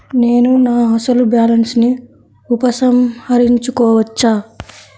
నేను నా అసలు బాలన్స్ ని ఉపసంహరించుకోవచ్చా?